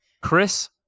Chris